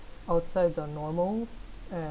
outside the normal and